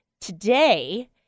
today